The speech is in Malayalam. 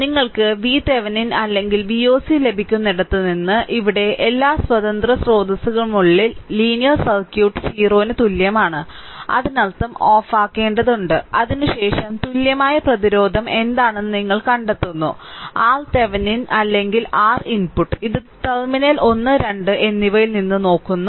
അതിനാൽ നിങ്ങൾക്ക് VThevenin അല്ലെങ്കിൽ Voc ലഭിക്കുന്നിടത്ത് നിന്ന് ഇവിടെ എല്ലാ സ്വതന്ത്ര സ്രോതസ്സുകളുമുള്ള ലീനിയർ സർക്യൂട്ട് 0 ന് തുല്യമാണ് അതിനർത്ഥം ഓഫാക്കേണ്ടതുണ്ട് അതിനുശേഷം തുല്യമായ പ്രതിരോധം എന്താണെന്ന് നിങ്ങൾ കണ്ടെത്തുന്നു RThevenin അല്ലെങ്കിൽ R ഇൻപുട്ട് ഇത് ടെർമിനൽ 1 2 എന്നിവയിൽ നിന്ന് നോക്കുന്നു